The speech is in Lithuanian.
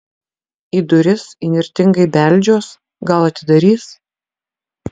į duris įnirtingai beldžiuos gal atidarys